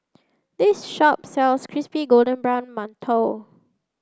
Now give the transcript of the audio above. this shop sells crispy golden brown Mantou